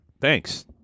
Thanks